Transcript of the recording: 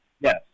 Yes